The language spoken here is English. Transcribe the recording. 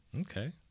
Okay